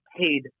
paid